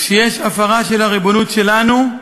וכשיש הפרה של הריבונות שלנו,